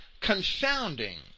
confounding